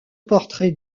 portraits